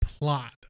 plot